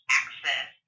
access